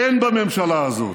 אין בממשלה הזאת,